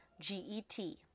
G-E-T